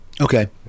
okay